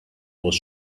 was